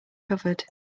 covered